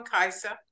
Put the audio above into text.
Kaisa